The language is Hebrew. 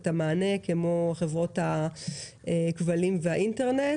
כמו חברות הכבלים והאינטרנט.